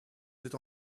sit